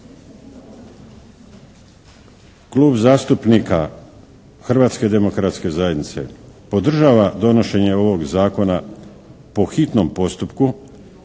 Klub zastupnika Hrvatske demokratske zajednice podržava donošenje ovog Zakona po hitnom postupku